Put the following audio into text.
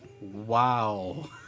wow